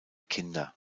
kinder